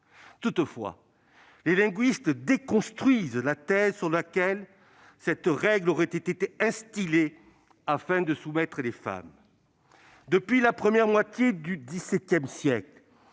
Toutefois, les linguistes déconstruisent la thèse selon laquelle elle aurait été instaurée afin de soumettre les femmes. Depuis la première moitié du XVII siècle,